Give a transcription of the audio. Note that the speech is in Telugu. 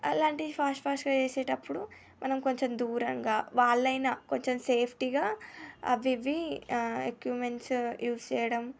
అలాంటివి ఫాస్ట్ ఫాస్ట్గా వేసేటప్పుడు మనం కొంచెం దూరంగా వాళ్ళయినా కొంచెం సేఫ్టీగా అవి ఇవి ఎక్విప్మెంట్స్ యూస్ చేయడం